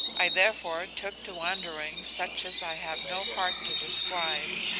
i therefore took to wanderings such as i have no heart to describe.